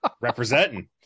Representing